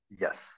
Yes